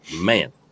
man